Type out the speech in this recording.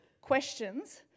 questions